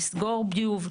לסגור ביוב.